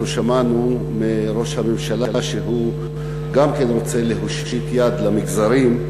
אנחנו שמענו מראש הממשלה שהוא גם כן רוצה להושיט יד למגזרים,